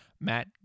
Matt